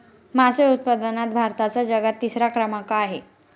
मासे उत्पादनात भारताचा जगात तिसरा क्रमांक आहे